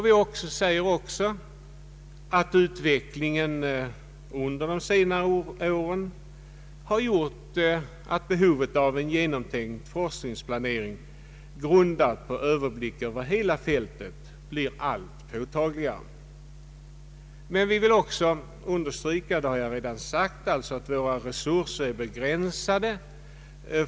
Vi säger också att utvecklingen under de senare åren har gjort att behovet av en genomtänkt forskningsplanering, grundad på överblick över hela fältet, blir allt påtagligare. Men vi vill också understryka att våra resurser är begränsade.